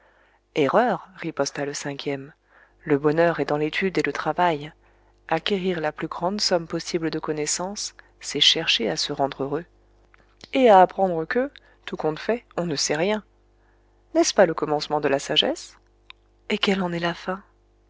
erreur riposta le cinquième le bonheur est dans l'étude et le travail acquérir la plus grande somme possible de connaissances c'est chercher à se rendre heureux et à apprendre que tout compte fait on ne sait rien n'est-ce pas le commencement de la sagesse et quelle en est la fin